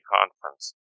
Conference